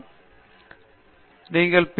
பேராசிரியர் பிரதாப் ஹரிதாஸ் சரி